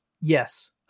yes